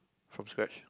from scratch